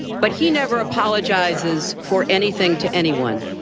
but he never apologizes for anything to anyone.